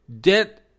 debt